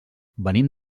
venim